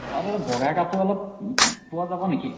হয় দাদা বগা কাপোৰ অলপ পোৱা যাব নেকি